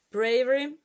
Bravery